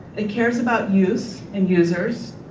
it cares about use and users,